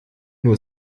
nur